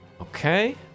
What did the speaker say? Okay